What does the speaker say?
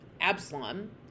Absalom